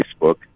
Facebook